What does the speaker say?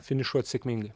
finišuot sėkmingai